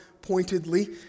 pointedly